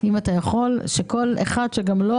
אם אתה יכול, כך שכל אחד יבין את מה